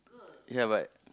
ya but